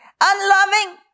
unloving